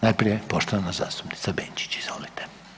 Najprije poštovana zastupnica Benčić, izvolite.